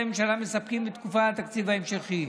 הממשלה מספקים בתקופת התקציב ההמשכי.